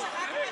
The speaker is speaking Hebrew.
סגן השר פרוש,